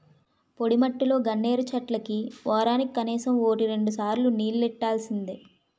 పొడిమట్టిలో గన్నేరు చెట్లకి వోరానికి కనీసం వోటి రెండుసార్లు నీల్లెట్టాల్సిందే